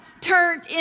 turned